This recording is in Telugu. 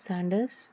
శండస్